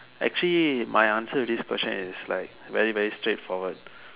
actually my answer for this question is like very very straight forward